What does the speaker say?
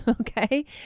Okay